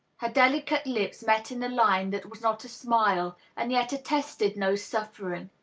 her delicate lips met in a line that was not a smile, and yet attested no suffering.